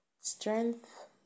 Strength